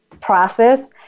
process